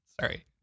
Sorry